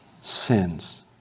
sins